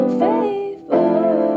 faithful